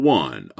one